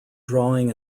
drawing